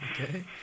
Okay